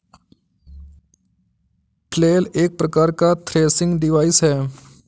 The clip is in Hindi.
फ्लेल एक प्रकार का थ्रेसिंग डिवाइस है